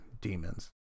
demons